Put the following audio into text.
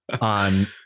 on